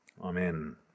amen